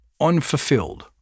unfulfilled